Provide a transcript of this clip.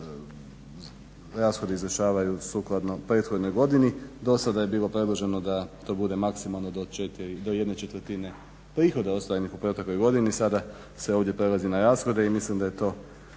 rashodi izvršavaju sukladno prethodnoj godini. Do sada je bilo predloženo da to bude maksimalno do 1/4 prihoda ostvarenih u protekloj godini, sada se ovdje prelazi na rashode i mislim da je to